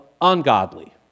ungodly